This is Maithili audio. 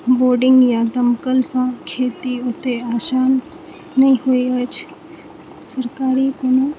बोर्डिंग या दमकलसँ खेती ओते आसान नहि होइ अछि सरकारी कोनो